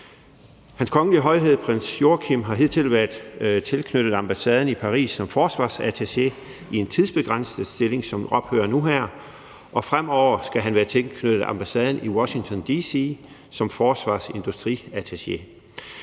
Hans Kongelige Højhed Prins Joachim har hidtil været tilknyttet ambassaden i Paris som forsvarsattaché i en tidsbegrænset stilling, som ophører nu her, og fremover skal han være tilknyttet ambassaden i Washington D.C. som forsvarsindustriattaché.